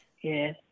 Yes